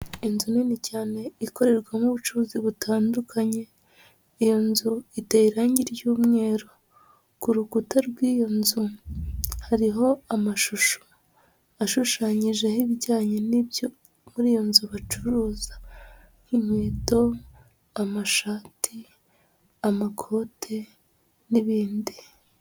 Inzu nini cyane ikorerwamo ubucuruzi butandukanye. Iyo nzu iteye irange ry'umweru, ku rukuta rw'iyo nzu hariho amashusho. Ashushanyijeho ibijyanye n'ibyo muri iyo nzu bacuruza inkweto, amashati, amakote n'ibindi.